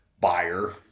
buyer